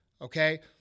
okay